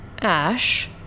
Ash